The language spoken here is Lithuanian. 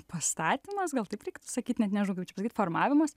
pastatymas gal taip reiktų sakyt net nežinojau čia pasakyt formavimas